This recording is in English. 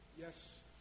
Yes